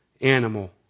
animal